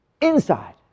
inside